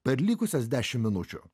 per likusias dešim minučių